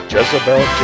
Jezebel